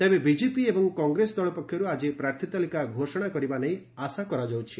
ତେବେ ବିଜେପି ଏବଂ କଂଗ୍ରେସ ଦଳ ପକ୍ଷରୁ ଆଜି ପ୍ରାର୍ଥ ତାଲିକା ଘୋଷଣା କରିବା ନେଇ ଆଶା କରାଯାଉଛି